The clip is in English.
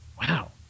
Wow